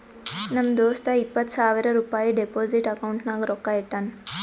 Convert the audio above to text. ನಮ್ ದೋಸ್ತ ಇಪ್ಪತ್ ಸಾವಿರ ರುಪಾಯಿ ಡೆಪೋಸಿಟ್ ಅಕೌಂಟ್ನಾಗ್ ರೊಕ್ಕಾ ಇಟ್ಟಾನ್